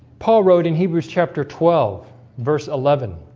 paul wrote in hebrews chapter twelve verse eleven